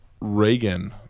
Reagan